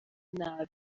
nabi